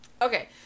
Okay